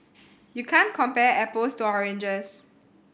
you can't compare apples to oranges